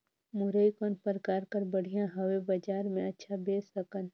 मुरई कौन प्रकार कर बढ़िया हवय? बजार मे अच्छा बेच सकन